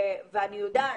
לא ספציפית למגזר.